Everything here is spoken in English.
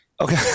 Okay